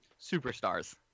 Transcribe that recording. superstars